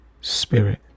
spirit